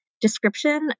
description